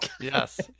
Yes